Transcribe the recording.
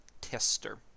tester